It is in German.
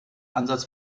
ansatz